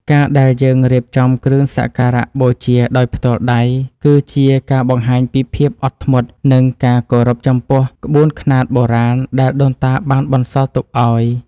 ការដែលយើងរៀបចំគ្រឿងសក្ការបូជាដោយផ្ទាល់ដៃ គឺជាការបង្ហាញពីភាពអត់ធ្មត់ និងការគោរពចំពោះក្បួនខ្នាតបុរាណដែលដូនតាបានបន្សល់ទុកឱ្យ។